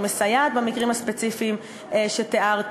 היא מסייעת במקרים הספציפיים שתיארתי,